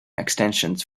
extensions